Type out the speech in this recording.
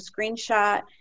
screenshot